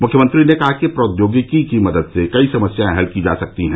मुख्यमंत्री ने कहा कि प्रौद्योगिकी की मदद से कई समस्याएं हल की जा सकती हैं